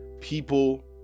People